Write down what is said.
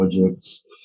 projects